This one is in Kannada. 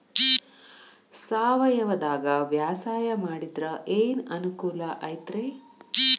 ಸಾವಯವದಾಗಾ ಬ್ಯಾಸಾಯಾ ಮಾಡಿದ್ರ ಏನ್ ಅನುಕೂಲ ಐತ್ರೇ?